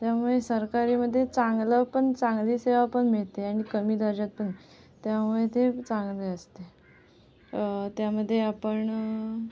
त्यामुळे सरकारीमध्ये चांगलं पण चांगली सेवा पण मिळते आणि कमी दर्जात पण आहे त्यामुळे ते चांगले असते त्यामध्ये आपण